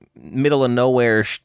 middle-of-nowhere